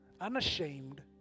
unashamed